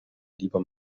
lieber